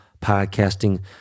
podcasting